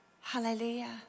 hallelujah